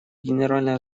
генеральной